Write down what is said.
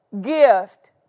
gift